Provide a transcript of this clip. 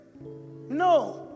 No